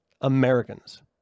Americans